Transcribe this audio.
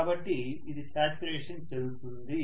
కాబట్టి ఇది శాచ్యురేషన్ చేరుతుంది